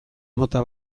mota